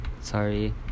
Sorry